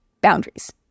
Boundaries